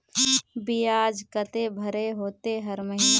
बियाज केते भरे होते हर महीना?